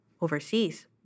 overseas